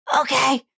okay